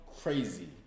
crazy